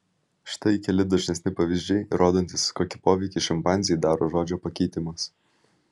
štai keli dažnesni pavyzdžiai rodantys kokį poveikį šimpanzei daro žodžio pakeitimas